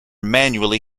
manually